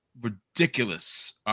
ridiculous